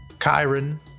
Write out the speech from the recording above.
Chiron